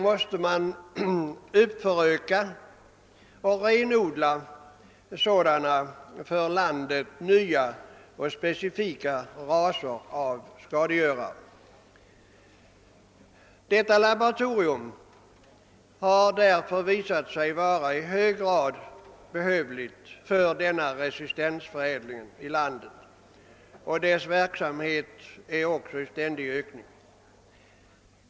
Man renodlar där för landet nya, specifika arter av skadegörare. Detta laboratorium har visat sig vara i hög grad behövligt för resistensförädlingen i vårt land, och dess verksamhet är stadd i fortlöpande ökning.